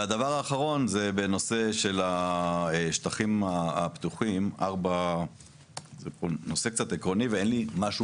אבל אין ועדה מדעית עכשיו,